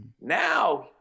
Now